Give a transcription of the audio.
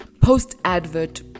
post-advert